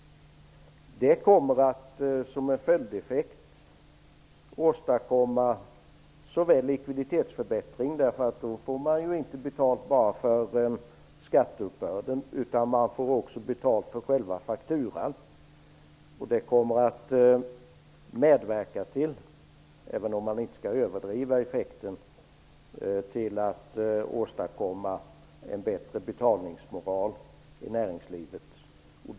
Det kommer att som en följdeffekt få likviditetsförbättring. Man får betalt så att man kan betala skatt, och man får också betalt för själva fakturan. Även om vi inte skall överdriva effekten kan jag säga att det kommer att medverka till en bättre betalningsmoral i näringslivet.